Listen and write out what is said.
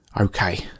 Okay